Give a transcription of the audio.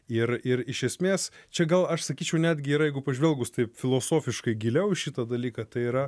ir ir iš esmės čia gal aš sakyčiau netgi yra jeigu pažvelgus taip filosofiškai giliau į šitą dalyką tai yra